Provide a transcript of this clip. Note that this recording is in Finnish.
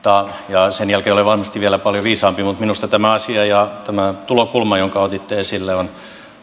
ja sen jälkeen olen varmasti vielä paljon viisaampi mutta minusta tämä asia ja tämä tulokulma jonka otitte esille on